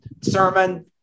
sermon